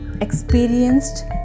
experienced